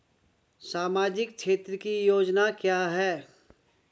सामाजिक क्षेत्र की योजना क्या है?